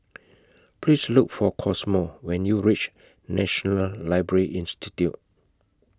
Please Look For Cosmo when YOU REACH National Library Institute